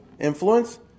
influence